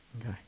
Okay